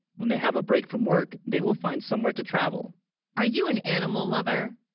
when they have a, break from work, they will find somewhere to travel are you an animal lover